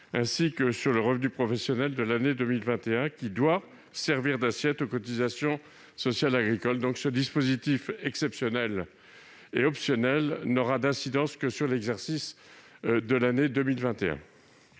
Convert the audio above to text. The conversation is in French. ainsi que sur le revenu professionnel de la même année, lequel doit servir d'assiette aux cotisations sociales agricoles. Par conséquent, ce dispositif exceptionnel et optionnel n'aura d'incidence que sur l'exercice de l'année 2021.